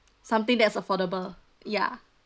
something that's affordable ya